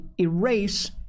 erase